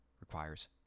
requires